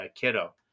kiddo